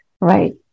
right